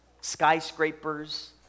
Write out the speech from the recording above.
skyscrapers